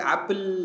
Apple